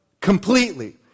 completely